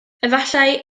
efallai